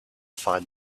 find